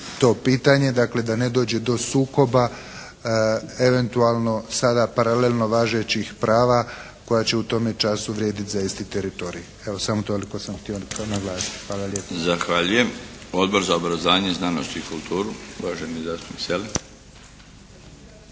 to pitanje dakle da ne dođe do sukoba eventualno sada paralelno važećih prava koja će u tome času vrijediti za isti teritorij. Evo, samo toliko sam htio naglasiti. Hvala lijepo. **Milinović, Darko (HDZ)** Zahvaljujem. Odbor za obrazovanje, znanost i kulturu? Uvaženi zastupnik Selem.